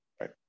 right